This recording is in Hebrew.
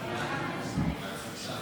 הבריאות.